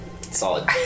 Solid